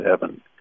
heaven